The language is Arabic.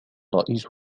رئيس